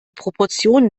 proportionen